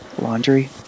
Laundry